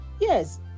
Yes